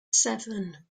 seven